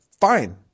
Fine